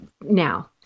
now